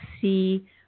see